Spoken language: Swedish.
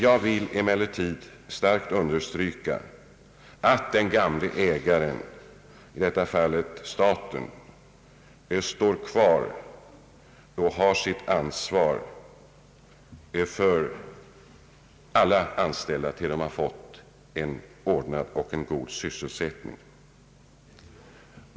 Jag vill emellertid starkt understryka att den gamla ägaren, i detta fall staten, står kvar och har sitt ansvar för alla anställda tills de fått en ordnad och god sysselsättning.